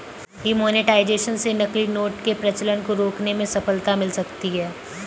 demonetisation से नकली note के प्रचलन को रोकने में सफलता मिल सकती है